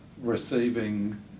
receiving